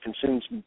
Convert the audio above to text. consumes